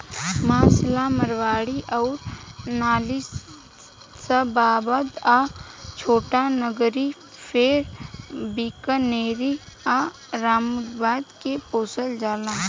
मांस ला मारवाड़ी अउर नालीशबाबाद आ छोटानगरी फेर बीकानेरी आ रामबुतु के पोसल जाला